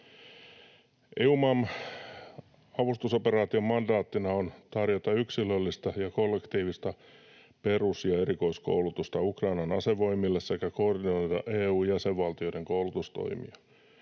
EUMAM-avustusoperaation mandaattina on tarjota yksilöllistä ja kollektiivista perus- ja erikoiskoulutusta Ukrainan asevoimille sekä koordinoida EU-jäsenvaltioiden koulutustoimia.